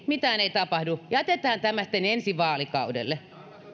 mitään ei tapahdu ja jätetään tämä sitten ensi vaalikaudelle